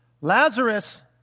Lazarus